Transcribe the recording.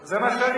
זה מה שאני טוען.